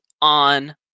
on